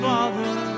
Father